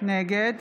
נגד